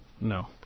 No